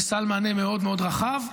יש סל מענה מאוד מאוד רחב,